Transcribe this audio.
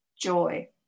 joy